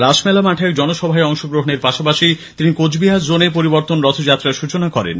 রাসমেলা মাঠে এক জনসভায় অংশগ্রহণের পাশাপাশি তিনি কোচবিহার জোনে পরিবর্তন রথযাত্রা সূচনা করেন